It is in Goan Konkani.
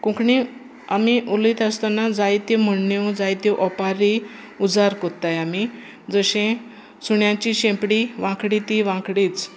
कोंकणी आमी उलयत आसतना जायत्यो म्हणण्यो जायत्यो ओपारी उजार कोत्ताय आमी जशें सुण्याची शेंपडी वांकडी ती वांकडीच